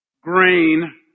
grain